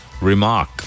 Remark